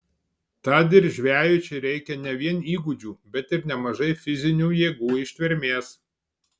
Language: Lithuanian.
tad ir žvejui čia reikia ne vien įgūdžių bet ir nemažai fizinių jėgų ištvermės